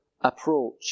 approach